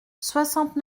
soixante